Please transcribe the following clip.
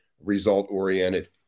result-oriented